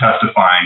testifying